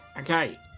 Okay